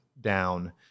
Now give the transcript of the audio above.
down